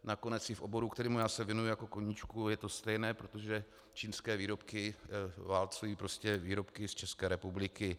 Nakonec i v oboru, kterému já se věnuji jako koníčku, je to stejné, protože čínské výrobky válcují prostě výrobky z České republiky.